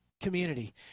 community